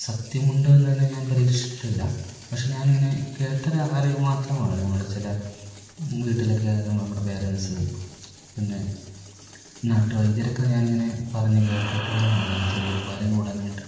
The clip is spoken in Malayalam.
സത്യമുണ്ട് എന്നതില് ഞാൻ പരീക്ഷിച്ചിട്ടില്ല പക്ഷേ ഞാനിങ്ങനെ കേട്ടൊരറിവ് മാത്രമാണ് നമ്മുടെ ചില വീട്ടിലൊക്കെ ആയാലും നമ്മുടെ പാരെൻസും പിന്നെ നാട്ടു വൈദ്യരൊക്കെ ഞാനിങ്ങനെ പറഞ്ഞ് കേട്ടിട്ടുള്ളതാണ് ഈ ശരീരഭാരം കൂടാനായിട്ട്